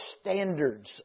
standards